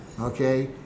Okay